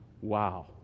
Wow